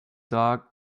dog